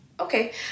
Okay